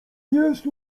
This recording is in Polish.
jest